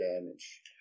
damage